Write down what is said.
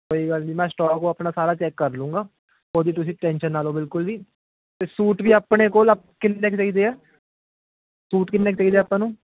ਕੋਈ ਗੱਲ ਨਹੀਂ ਮੈਂ ਸਟੋਕ ਆਪਣਾ ਸਾਰਾ ਚੈੱਕ ਕਰ ਲਉਂਗਾ ਉਹਦੀ ਤੁਸੀਂ ਟੈਨਸ਼ਨ ਨਾ ਲਓ ਬਿਲਕੁਲ ਵੀ ਅਤੇ ਸੂਟ ਵੀ ਆਪਣੇ ਕੋਲ਼ ਕਿੰਨੇ ਕੁ ਚਾਈਦੇ ਹੈ ਸੂਟ ਕਿੰਨੇ ਚਾਈਦੇ ਹੈ ਆਪਾਂ ਨੂੰ